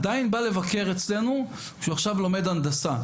הוא עדיין בא לבקר אצלנו, כשהוא עכשיו לומד הנדסה.